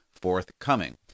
forthcoming